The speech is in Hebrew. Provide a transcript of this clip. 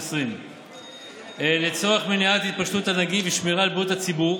התשפ"א 2020. לצורך מניעת התפשטות הנגיף ושמירה על בריאות הציבור